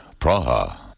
Praha